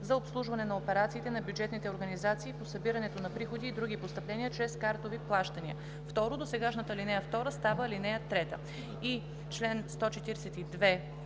за обслужване на операциите на бюджетните организации по събирането на приходи и други постъпления чрез картови плащания“. 2. Досегашната ал. 2 става ал. 3.“